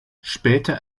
später